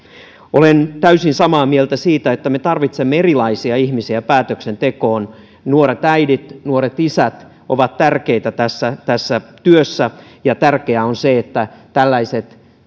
olen täysin samaa mieltä siitä että me tarvitsemme erilaisia ihmisiä päätöksentekoon nuoret äidit ja nuoret isät ovat tärkeitä tässä tässä työssä ja tärkeää on se että tällaiset